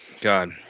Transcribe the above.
God